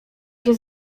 się